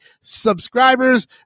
subscribers